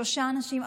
שלושה אנשים,